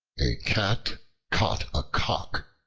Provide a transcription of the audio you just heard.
a cat caught a cock,